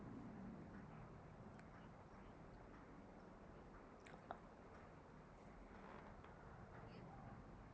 uh